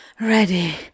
ready